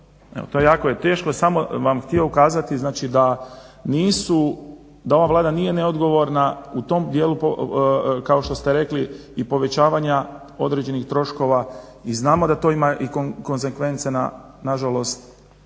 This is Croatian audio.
Jako je teško i samo bih vam htio ukazati znači da nisu, da ova Vlada nije neodgovorna u tom dijelu kao što ste rekli i povećavanja određenih troškova i znamo da to ima i konzekvence nažalost,